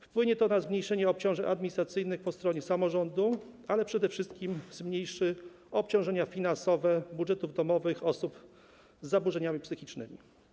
Wpłynie to na zmniejszenie obciążeń administracyjnych po stronie samorządu, ale przede wszystkim zmniejszy obciążenia finansowe budżetów domowych osób z zaburzeniami psychicznymi.